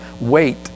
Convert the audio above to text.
wait